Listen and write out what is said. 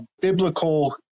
biblical